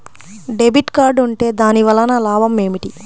Debit card ఉంటే దాని వలన లాభం ఏమిటీ?